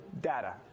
data